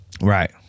Right